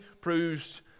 proves